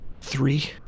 three